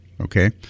okay